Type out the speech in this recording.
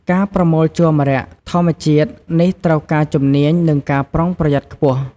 ការប្រមូលជ័រម្រ័ក្សណ៍ធម្មជាតិនេះត្រូវការជំនាញ និងការប្រុងប្រយ័ត្នខ្ពស់។